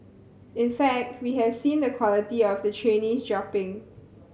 in fact we have seen the quality of the trainees dropping